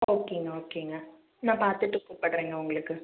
ஓகேங்க ஓகேங்க நான் பார்த்துட்டு கூப்பிடுறேங்க உங்களுக்கு